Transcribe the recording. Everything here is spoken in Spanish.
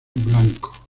blanco